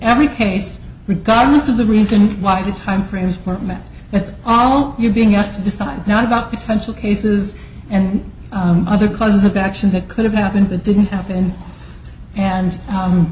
every case regardless of the reason why the time frame is format that's all you're being asked to decide not about potential cases and other causes of action that could have happened that didn't happen and